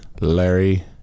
larry